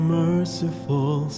merciful